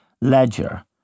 ledger